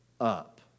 up